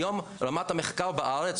היום רמת המחקר בארץ,